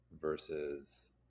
versus